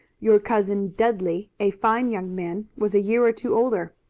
your cousin, dudley, a fine young man, was a year or two older.